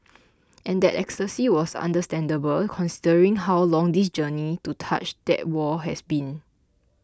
and that ecstasy was understandable considering how long this journey to touch that wall has been